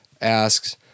asks